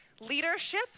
leadership